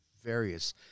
various